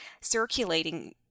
circulating